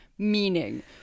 meaning